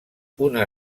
una